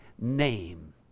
name